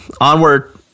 onward